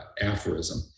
aphorism